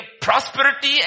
prosperity